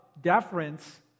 deference